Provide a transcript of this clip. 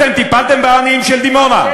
אתם טיפלתם בעניים של דימונה?